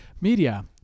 Media